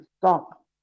stop